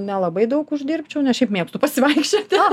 nelabai daug uždirbčiau nes šiaip mėgstu pasivaikščioti